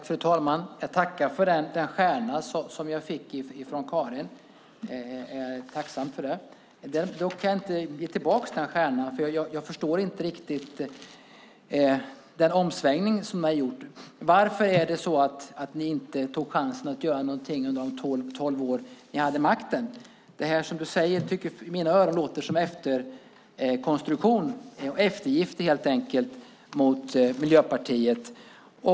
Fru talman! Jag tackar för den stjärna som jag fick från Karin Åström. Jag är tacksam för den. Dock kan jag inte ge någon stjärna tillbaka, för jag förstår inte riktigt den omsvängning som ni har gjort. Varför tog ni inte chansen att göra någonting under de tolv år ni hade makten? Det Karin Åström säger låter i mina öron som en efterhandskonstruktion, alltså helt enkelt eftergifter till Miljöpartiet.